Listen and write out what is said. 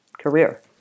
career